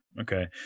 okay